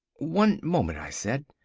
one moment, i said,